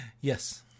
yes